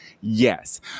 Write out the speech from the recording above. yes